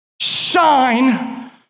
shine